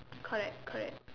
correct correct